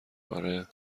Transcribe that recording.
آره